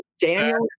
daniel